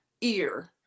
ear